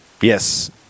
Yes